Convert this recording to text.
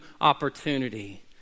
opportunity